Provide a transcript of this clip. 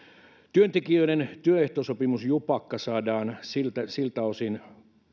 työntekijöiden työehtosopimusjupakka saadaan siltä siltä osin